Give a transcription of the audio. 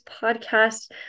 podcast